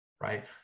right